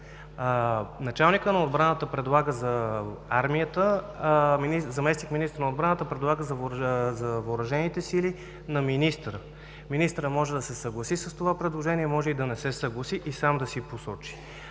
заместник-министърът на отбраната предлага за въоръжените сили на министъра. Министърът може да се съгласи с това предложение, може и да не се съгласи и сам да си посочи